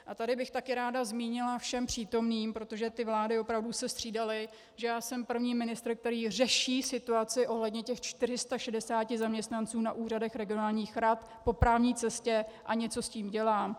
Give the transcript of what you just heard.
A tady bych také ráda zmínila všem přítomným, protože vlády se opravdu střídaly, že já jsem první ministr, který řeší situaci ohledně těch 460 zaměstnanců na úřadech regionálních rad po právní cestě a něco s tím dělám.